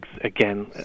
again